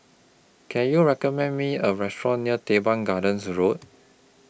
Can YOU recommend Me A Restaurant near Teban Gardens Road